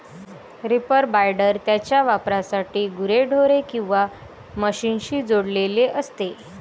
reaper binder त्याच्या वापरासाठी गुरेढोरे किंवा मशीनशी जोडलेले असते